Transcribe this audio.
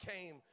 came